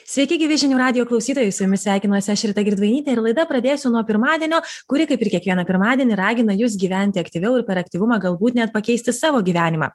sveiki gyvi žinių radijo klausytojai su jumis sveikinuosi aš rita girdvainytė ir laida pradėsiu nuo pirmadienio kuri kaip ir kiekvieną pirmadienį ragina jus gyventi aktyviau ir per aktyvumą galbūt net pakeisti savo gyvenimą